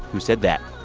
who said that?